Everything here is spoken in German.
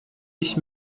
ich